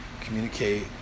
communicate